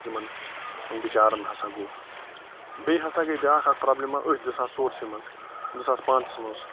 یِمن بِچارَن ہسا گوٚو بیٚیہِ ہسا گٔے بیٛاکھ اَکھ پرٛابلِما أتھۍ زٕ ساس ژورسٕے منٛز زٕ ساس پٲنٛژَس منٛز